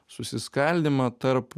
susiskaldymą tarp